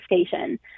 station